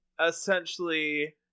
essentially